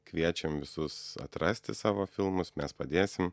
kviečiam visus atrasti savo filmus mes padėsim